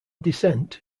dissent